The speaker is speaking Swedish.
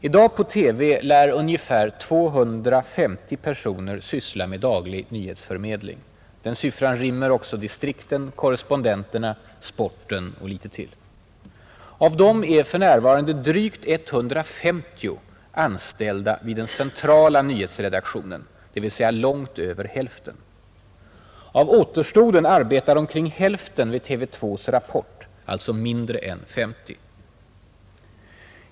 I dag på TV lär ungefär 250 personer syssla med daglig nyhetsförmedling — den siffran rymmer också distrikten, korrespondenterna, sporten och litet till. Av dem är för närvarande drygt 150 anställda vid den centrala nyhetsredaktionen, dvs. långt över hälften. Av återstoden arbetar omkring hälften vid TV 2:s Rapport, alltså mindre än 50.